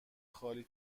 خالی